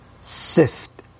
Sift